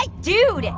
like dude, and